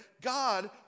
God